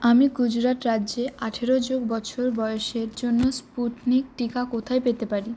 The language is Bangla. আমি গুজরাট রাজ্যে আঠেরো যোগ বছর বয়সের জন্য স্পুটনিক টিকা কোথায় পেতে পারি